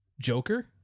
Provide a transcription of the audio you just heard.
Joker